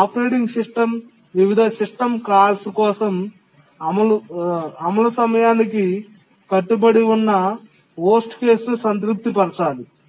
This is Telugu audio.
ఆపరేటింగ్ సిస్టమ్ వివిధ సిస్టమ్ కాల్స్ కోసం అమలు సమయానికి కట్టుబడి ఉన్న చెత్త కేసు ను సంతృప్తి పరచాలి